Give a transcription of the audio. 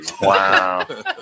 Wow